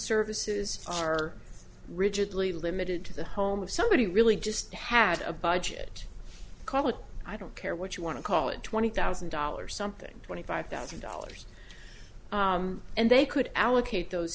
services are rigidly limited to the home of somebody really just had a budget call it i don't care what you want to call it twenty thousand dollars something twenty five thousand dollars and they could allocate those